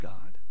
God